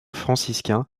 franciscain